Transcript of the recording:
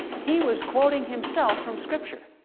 he was quoting himself from scripture.